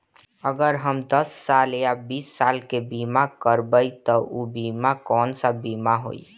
अगर हम दस साल या बिस साल के बिमा करबइम त ऊ बिमा कौन सा बिमा होई?